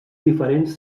diferents